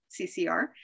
CCR